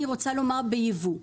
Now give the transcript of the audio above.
בייבוא,